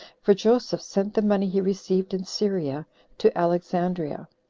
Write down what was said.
for joseph sent the money he received in syria to alexandria.